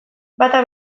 bata